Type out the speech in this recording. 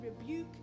rebuke